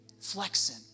Flexing